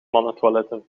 mannentoiletten